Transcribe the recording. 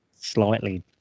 slightly